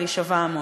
אבל היא שווה המון.